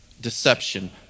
deception